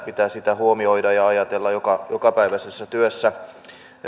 pitää se huomioida ja ajatella jokapäiväisessä työssään